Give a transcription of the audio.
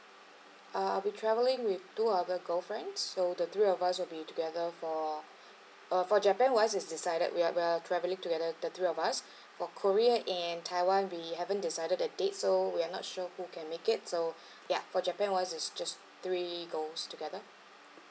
uh we travelling with two other girlfriends so the three of us will be together for uh for japan one is decided we are we are traveling together the three of us for korea and taiwan we haven't decided that date so we are not sure who can make it so ya for japan [one] is just three goes together